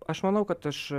aš manau kad aš